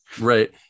right